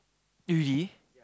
really